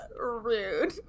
rude